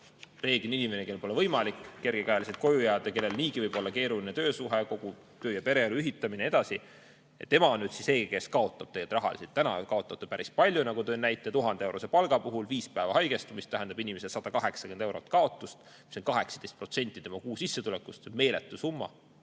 reeglina inimene, kellel pole võimalik kergekäeliselt koju jääda, kellel niigi võib olla keeruline töösuhe, kogu töö- ja pereelu ühitamine ja nii edasi, tema on see, kes kaotab rahaliselt. Juba praegu kaotab ta päris palju, nagu ma tõin näite, 1000-eurose palga puhul 5 päeva haigestumist tähendab inimesele 180 eurot kaotust, mis on 18% tema kuusissetulekust. See on meeletu summa,